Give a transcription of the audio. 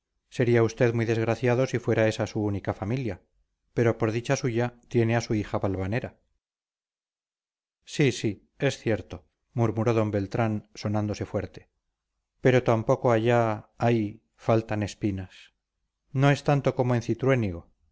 sería usted muy desgraciado si fuera esa su única familia pero por dicha suya tiene a su hija valvanera sí sí es cierto murmuró d beltrán sonándose fuerte pero tampoco allá ay faltan espinas no es tanto como en